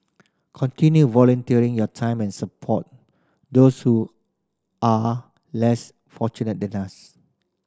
continue volunteering your time and support those who are less fortunate than us